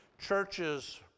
churches